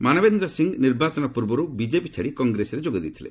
ମାନବେନ୍ଦର ସିଂହ ନିର୍ବାଚନ ପୂର୍ବରୁ ବିଜେପି ଛାଡ଼ି କଂଗ୍ରେସରେ ଯୋଗ ଦେଇଥିଲେ